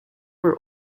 were